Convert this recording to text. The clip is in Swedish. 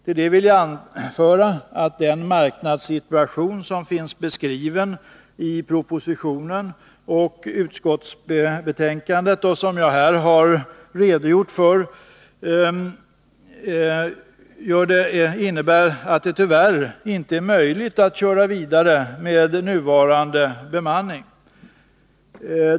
Till detta vill jag anföra att den marknadssituation som finns beskriven i propositionen och i utskottsbetänkandet och som jag här har redogjort för, tyvärr inte gör det möjligt att köra vidare med nuvarande bemanning.